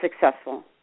successful